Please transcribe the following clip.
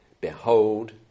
Behold